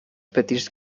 petits